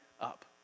up